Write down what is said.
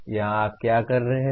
यह आप क्या कर रहे हैं